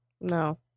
No